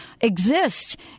exist